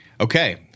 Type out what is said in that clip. Okay